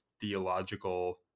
theological